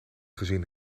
gezien